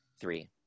Three